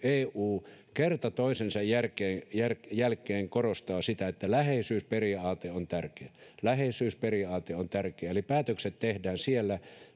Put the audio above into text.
eu kerta toisensa jälkeen jälkeen korostaa sitä että läheisyysperiaate on tärkeä läheisyysperiaate on tärkeä eli päätökset tehdään siellä